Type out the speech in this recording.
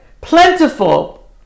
plentiful